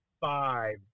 five